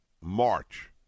march